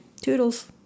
Toodles